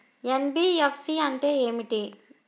NBFC అంటే ఏమిటి?